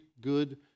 good